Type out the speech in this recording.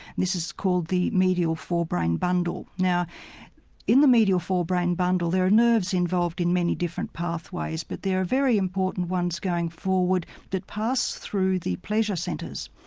this is called the medial forebrain bundle. now in the medial forebrain bundle there are nerves involved in many different pathways but there are very important ones going forward that pass through the pleasure centres.